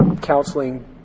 counseling